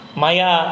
Maya